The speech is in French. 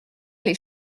les